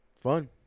Fun